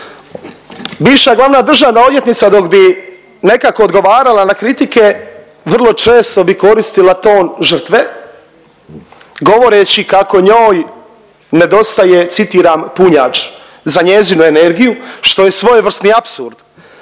Bivša glavna državna odvjetnica dok bi nekako odgovarala na kritike vrlo često bi koristila ton žrtve govoreći kako njoj nedostaje, citiram: „punjač“ za njezinu energiju što je svojevrsni apsurd